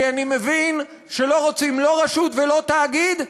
כי אני מבין שלא רוצים לא רשות ולא תאגיד,